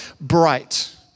bright